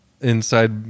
inside